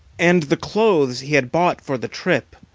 and the clothes he had bought for the trip.